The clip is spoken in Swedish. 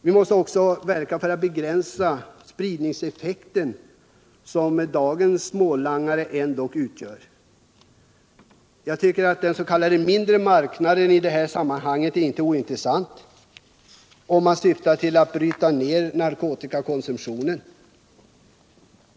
Vi måste också verka för att begränsa den spridningsrisk som dagens smålangare ändå utgör. Den s.k. mindre marknaden är i detta sammanhang inte ointressant, om man syftar till att bryta ned narkotikakonsumtionen.